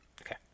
Okay